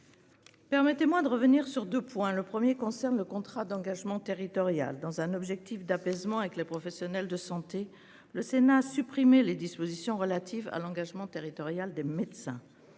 Permettez-moi de revenir sur 2 points le 1er concerne le contrat d'engagement territorial dans un objectif d'apaisement avec les professionnels de santé, le Sénat a supprimé les dispositions relatives à l'engagement territorial des médecins.